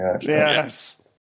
Yes